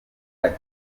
ati